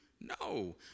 no